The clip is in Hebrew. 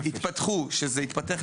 זה לא סכום שעיר בישראל אולי תל אביב גם